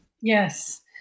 Yes